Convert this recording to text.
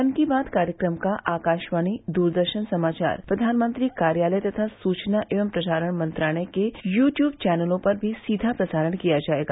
मन की बात कार्यक्रम का आकाशवाणी दूरदर्शन समाचार प्रधानमंत्री कार्यालय तथा सूचना एवं प्रसारण मंत्रालय के यू ट्यूब चैनलों पर भी सीधा प्रसारण किया जायेगा